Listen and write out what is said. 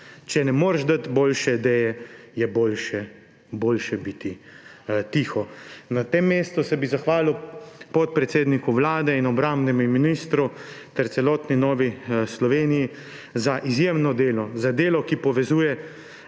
če ne moreš dati boljše ideje, je boljše biti tiho. Na tem mestu bi se zahvalil podpredsedniku Vlade in obrambnemu ministru ter celotni Novi Sloveniji za izjemno delo, za delo, ki povezuje